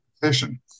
position